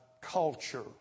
culture